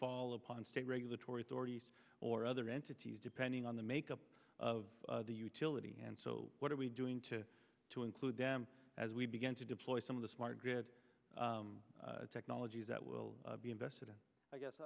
fall upon state regulatory authorities or other entities depending on the makeup of the utility and so what are we doing to to include them as we begin to deploy some of the smart grid technologies that will be invested and i